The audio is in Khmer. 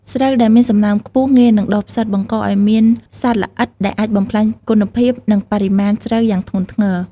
ស្រូវដែលមានសំណើមខ្ពស់ ងាយនឹងដុះផ្សិត បង្កឲ្យមានសត្វល្អិត ដែលអាចបំផ្លាញគុណភាព និងបរិមាណស្រូវយ៉ាងធ្ងន់ធ្ងរ។